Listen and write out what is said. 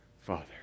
Father